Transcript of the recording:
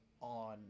on